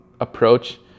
approach